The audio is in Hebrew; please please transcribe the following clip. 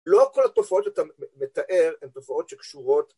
לא כל התופעות שאתה מתאר הן תופעות שקשורות..